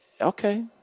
okay